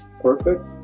perfect